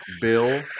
Bill